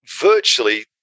virtually